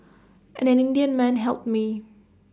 an Indian man helped me